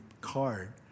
card